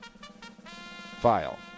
file